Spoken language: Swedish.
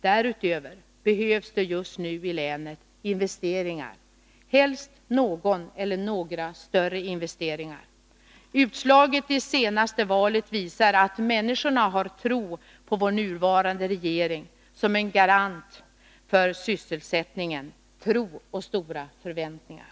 Därutöver behövs det just nu i länet investeringar — helst någon efler några större investeringar. Utslaget i senaste valet visar att människorna har tilltro till vår nuvarande regering som en garant för sysselsättningen — tilltro och stora förväntningar.